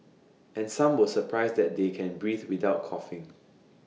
and some were surprised that they can breathe without coughing